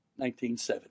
1970